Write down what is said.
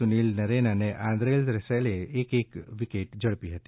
Sunil Narine અને આંક્રેરસેલે એક એક વિકેટ ઝડપી હતી